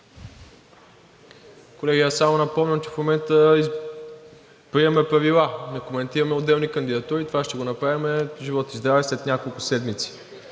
Колеги, аз само напомням, че в момента приемаме Правила, не коментираме отделни кандидатури. Това ще го направим, живот и здраве, след няколко седмици.